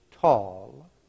tall